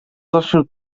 zacznie